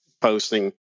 posting